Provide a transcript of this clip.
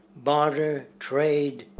barter, trade,